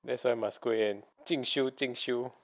that's why you must go and 精修精修